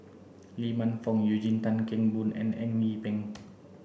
Lee Man Fong Eugene Tan Kheng Boon and Eng Yee Peng